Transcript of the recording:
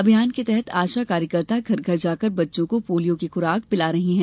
अभियान के तहत आशा कार्यकर्ता घर घर जाकर बच्चों को पोलियो की खुराक पिला रही हैं